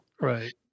Right